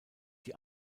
die